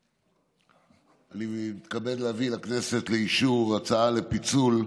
אני מתכבד להביא לכנסת לאישור הצעה לפיצול: